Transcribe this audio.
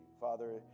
Father